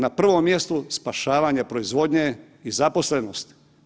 Na prvom mjestu spašavanje proizvodnje i zaposlenosti.